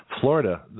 Florida